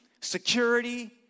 security